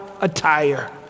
attire